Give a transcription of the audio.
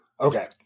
Okay